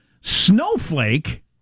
Snowflake